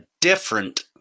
different